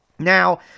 Now